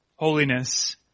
holiness